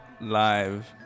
Live